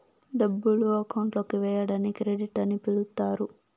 డబ్బులు అకౌంట్ లోకి వేయడాన్ని క్రెడిట్ అని పిలుత్తారు